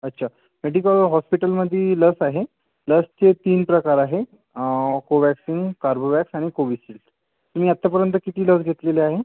अच्छा मेडिकल हॉस्पिटलमध्ये लस आहे लसचे तीन प्रकार आहे कोव्हॅक्सिन कॉर्बेव्हॅक्स आणि कोविशिल्ड तुम्ही आत्तापर्यंत किती डोस घेतलेले आहेत